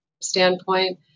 standpoint